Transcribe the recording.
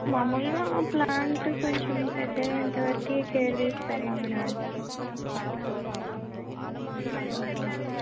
మామూలుగా ప్లాంట్ కొంచెం పెద్దగా అయ్యేంతవరకు కేర్ తీసుకోవాలా మేడం